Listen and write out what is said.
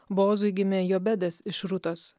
boozui gimė jobedas iš rutos